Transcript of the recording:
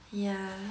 ya